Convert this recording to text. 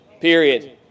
period